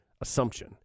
assumption